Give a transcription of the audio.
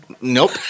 Nope